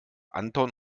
anton